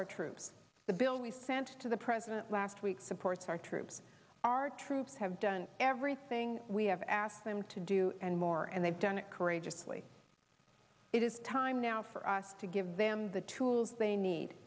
our troops the bill we sent to the president last week supports our troops our troops have done everything we have asked them to do and more and they've done it courageously it is time now for us to give them the tools they ne